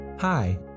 Hi